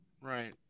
right